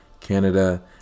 canada